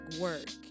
Work